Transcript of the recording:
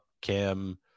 Kim